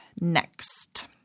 next